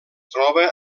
troba